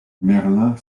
merlin